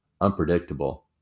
unpredictable